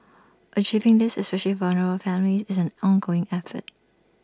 achieving this especial vulnerable families is an ongoing effort